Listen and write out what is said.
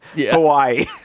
Hawaii